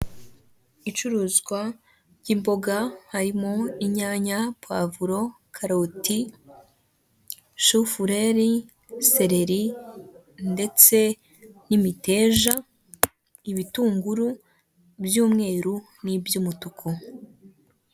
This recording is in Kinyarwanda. Icuruzwa ry'imboga harimo inyanya puravuro, karoti shufureri sereri, ndetse n'imiteja ibitunguru by'umweru n'iby'umutuku.